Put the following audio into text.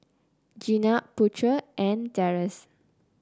Jenab Putera and Deris